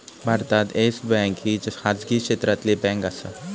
भारतात Yes Bank ही खाजगी क्षेत्रातली बँक आसा